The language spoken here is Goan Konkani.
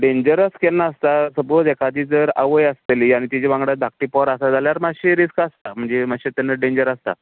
डॅन्जरस केन्ना आसता सपोज एखादी जर आवय आसतली आनी तिचे वांगडा धाकटें पोर आसा जाल्यार मातशें रिस्क आसता म्हणजे मातशें तेन्ना डेन्जर आसता